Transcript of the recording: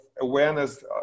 awareness